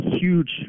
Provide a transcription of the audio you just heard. huge